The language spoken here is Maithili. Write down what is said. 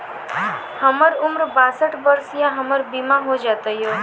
हमर उम्र बासठ वर्ष या हमर बीमा हो जाता यो?